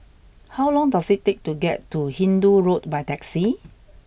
how long does it take to get to Hindoo Road by taxi